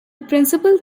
principal